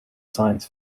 science